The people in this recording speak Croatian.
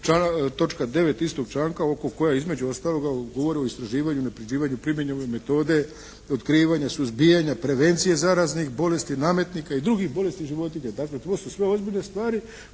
točka 9. istog članka oko koje između ostaloga govori o istraživanju, unapređivanju primjene ove metode, otkrivanja, suzbijanja, prevencije zaraznih bolesti, nametnika i drugih bolesti životinja. Dakle to su sve ozbiljne stvari